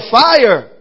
fire